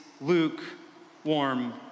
lukewarm